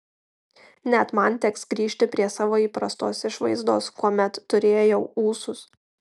net man teks grįžti prie savo įprastos išvaizdos kuomet turėjau ūsus